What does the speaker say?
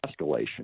escalation